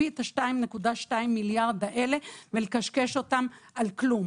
את ה-2.2 מיליארד האלה ולקשקש אותם על כלום.